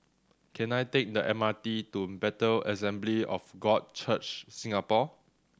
can I take the M R T to Bethel Assembly of God Church Singapore